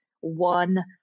one